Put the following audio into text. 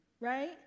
right